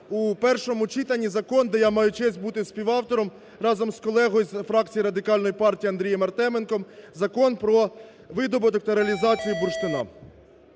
у першому читанні закон, де я маю честь бути співавтором разом з колегою з фракції Радикальної партії Андрієм Артеменком: Закон про видобуток та реалізацію бурштину.